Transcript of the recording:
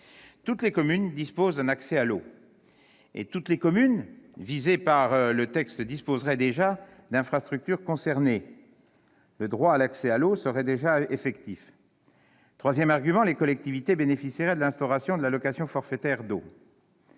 qu'elle est déjà satisfaite. Toutes les communes visées par le texte disposeraient déjà des infrastructures concernées. Le droit à l'accès à l'eau serait donc effectif. Troisième argument : les collectivités bénéficieraient de l'instauration de l'allocation forfaitaire d'eau.